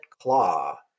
claw